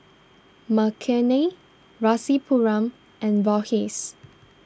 Makineni Rasipuram and Verghese